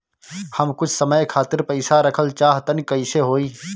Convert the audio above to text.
हम कुछ समय खातिर पईसा रखल चाह तानि कइसे होई?